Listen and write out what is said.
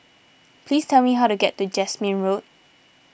please tell me how to get to Jasmine Road